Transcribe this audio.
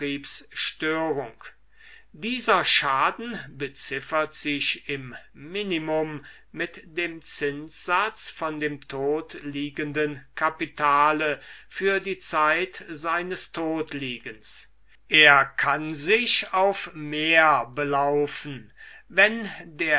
betriebsstörung dieser schaden beziffert sich im minimum mit dem zinssatz von dem tot liegenden kapitale für die zeit seines totliegens er kann sich auf mehr belaufen wenn